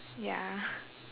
ya